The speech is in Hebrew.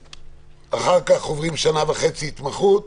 אחר כך עוברים שנה וחצי התמחות,